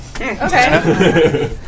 Okay